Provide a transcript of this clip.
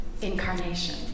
Incarnation